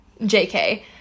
JK